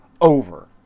over